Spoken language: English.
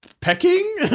pecking